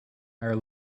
our